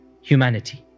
humanity